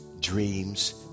dreams